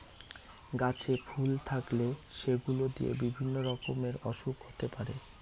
গাছে ফুল থাকলে সেগুলো দিয়ে বিভিন্ন রকমের ওসুখ হতে পারে